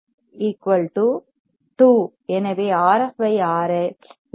Rf RI 2